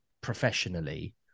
professionally